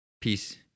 Peace